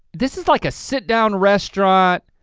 this is like a sit-down restaurant,